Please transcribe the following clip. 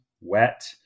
wet